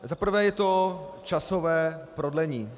Za prvé je to časové prodlení.